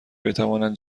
بتوانند